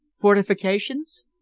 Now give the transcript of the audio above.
Fortifications